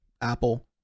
Apple